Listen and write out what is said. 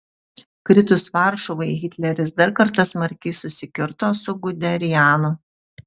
kritus varšuvai hitleris dar kartą smarkiai susikirto su guderianu